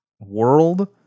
world